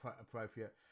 appropriate